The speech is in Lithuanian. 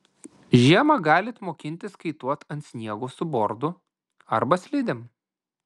žiemą galit mokintis kaituot ant sniego su bordu arba slidėm